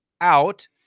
out